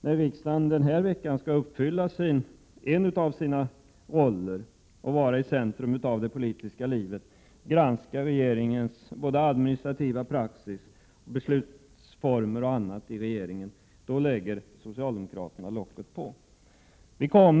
När riksdagen den här veckan skall uppfylla en av sina uppgifter och vara i centrum för det politiska livet och granska regeringens administrativa praxis, beslutsformer och annat, då lägger socialdemokraterna locket på.